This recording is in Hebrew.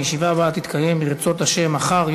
הישיבה הבאה תתקיים ברצות השם מחר,